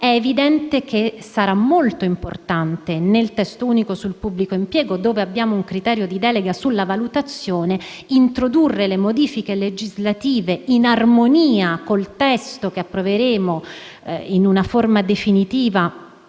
è evidente che sarà molto importante, nel testo unico sul pubblico impiego, in cui è previsto un criterio di delega sulla valutazione, introdurre modifiche legislative in armonia con il testo che approveremo, in forma definitiva,